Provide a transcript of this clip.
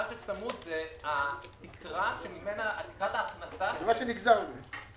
מה שצמוד זו תקרת ההכנסה -- מה שנגזר ממנו.